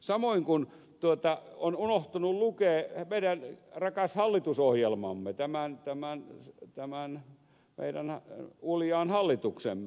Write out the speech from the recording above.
samoin on unohtunut lukea meidän rakas hallitusohjelmamme tämän uljaan hallituksemme ohjelma